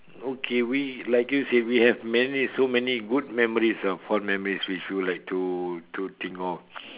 okay we like you say we have many so many good memories or fond memories which we would like to to think of